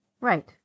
Right